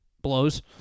blows